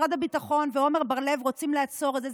משרד הביטחון ועמר בר לב רוצים לעצור את זה.